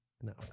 No